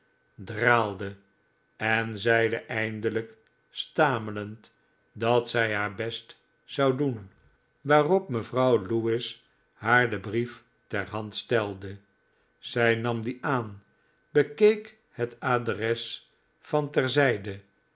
draalde en zeide eindelijk stamelend dat zij liaar best zou doen waarop mevrouw lewis haar den brief ter hand stelde zij nam dien aan bekeek het adres van